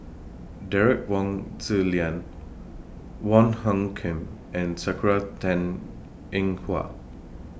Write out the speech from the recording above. Derek Wong Zi Liang Wong Hung Khim and Sakura Teng Ying Hua